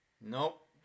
Nope